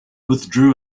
withdrew